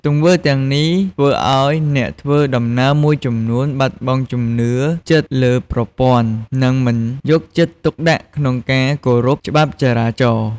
ទង្វើទាំងនេះ ធ្វើឱ្យអ្នកធ្វើដំណើរមួយចំនួនបាត់បង់ជំនឿចិត្តលើប្រព័ន្ធ និងមិនយកចិត្តទុកដាក់ក្នុងការគោរពច្បាប់ចរាចរណ៍។